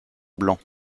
blanc